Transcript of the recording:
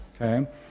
Okay